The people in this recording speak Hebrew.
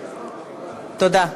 תודה.